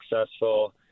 successful